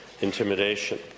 intimidation